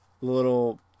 little